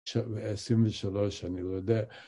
23, אני לא יודע